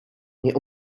nie